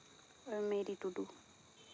Marie Tudu